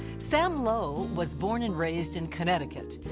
sam low was born and raised in connecticut.